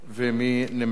ומי נמנע?